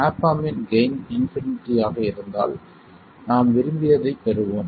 app amp இன் gain infinity ஆக இருந்தால் நாம் விரும்பியதைப் பெறுவோம்